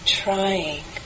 trying